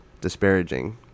Disparaging